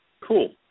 cool